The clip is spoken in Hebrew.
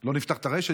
לא נפתח את הרשת,